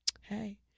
Hey